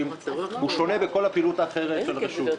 הוא שונה מכל הפעילות האחרת של הרשות.